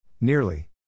Nearly